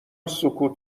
سکوت